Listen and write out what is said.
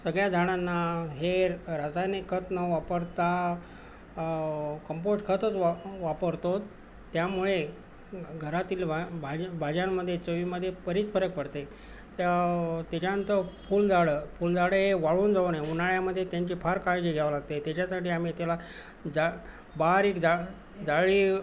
सगळ्या झाडांना हे र् रासायनिक खत न वापरता कंपोश्ट खतच वा वापरतो आहोत त्यामुळे घरातील वा भाज् भाज्यांमध्ये चवीमध्ये बरीच फरक पडते आहे त्या त्याच्यानंतर फुलझाडं फुलझाडं हे वाळून जाऊ नये उन्हाळ्यामध्ये त्यांची फार काळजी घ्यावी लागते आहे त्याच्यासाठी आम्ही त्याला जा बारीक जा जाळी